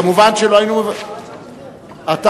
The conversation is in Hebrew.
מובן שלא היינו, מי מקשיב?